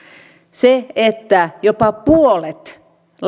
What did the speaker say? se että jopa puolet